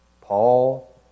Paul